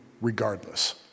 regardless